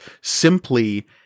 simply